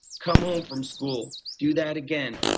come home from school, do that again,